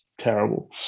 terrible